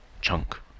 chunk